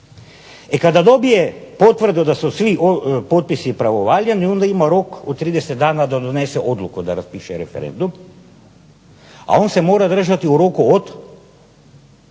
E kada dobije potvrdu da su svi potpisi pravovaljani onda ima rok od 30 dana da donese odluku da raspiše referendum, a on se mora održati u roku od